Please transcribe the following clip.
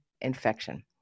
infection